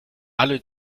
alle